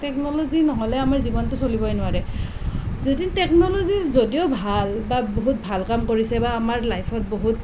technology নহ'লে আমাৰ জীৱনটো চলিবই নোৱাৰে যদি টেকনলজি যদিও ভাল বা বহুত ভাল কাম কৰিছে বা আমাৰ লাইফত বহুত